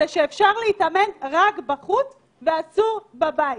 זה שאפשר להתאמן רק בחוץ ואסור בבית.